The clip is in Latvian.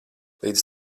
līdz